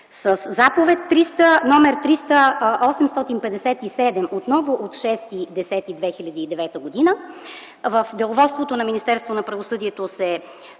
Със заповед № 857 отново от 06.10.2009 г. в деловодството на Министерството на правосъдието се